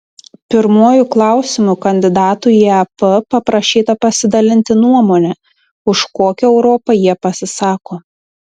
pirmuoju klausimu kandidatų į ep paprašyta pasidalinti nuomone už kokią europą jie pasisako